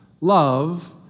Love